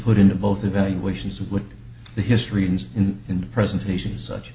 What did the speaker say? put into both evaluations of what the history needs in in the presentations such